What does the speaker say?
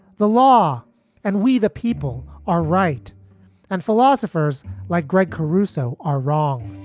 the law and we the people are right and philosophers like greg caruso are wrong